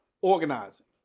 organizing